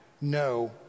no